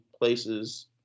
places